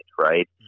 right